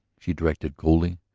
she directed coolly.